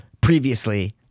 previously